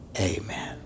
Amen